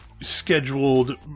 scheduled